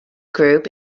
group